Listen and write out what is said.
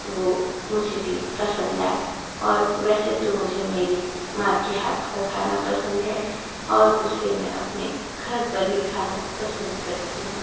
वो मुझे भी पसंद आए और वैसे तो मुझे मेरी माँ के हाथ का खाना पसंद है और उसमें अपने घर पर ही खाना पसंद करती हूँ